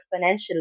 exponentially